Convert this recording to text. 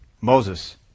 Moses